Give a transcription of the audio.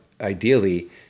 ideally